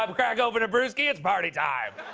um crack open a brewski. it's party time.